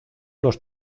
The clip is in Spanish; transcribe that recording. los